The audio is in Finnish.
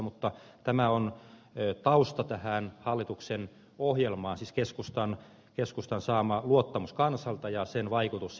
mutta tämä on tausta tähän hallituksen ohjelmaan siis keskustan saama luottamus kansalta ja sen vaikutus sitten harjoitettuun politiikkaan